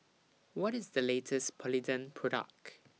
What IS The latest Polident Product